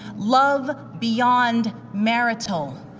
love beyond marital,